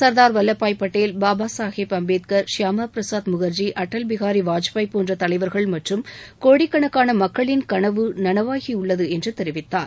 சர்தார் வல்லபாய் பட்டேல் பாபா சாகேப் அம்பேத்கர் ஷியாமா பிரசாத் முக்கர்ஜி அட்டல் பிகாரி வாஜ்பாய் போன்ற தலைவர்கள் மற்றும் கோடிக்கணக்கான மக்களின் கனவு நனவாகியுள்ளது என்று தெரிவித்தார்